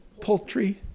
poultry